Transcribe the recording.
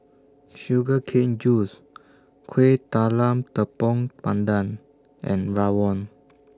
Sugar Cane Juice Kueh Talam Tepong Pandan and Rawon